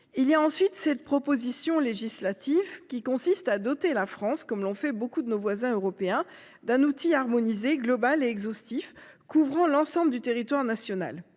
en général. Cette proposition législative vise à doter la France, comme beaucoup de nos voisins européens, d'un outil harmonisé, global et exhaustif, couvrant l'ensemble du territoire national.